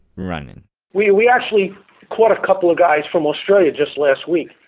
running we we actually caught a couple of guys from australia just last week,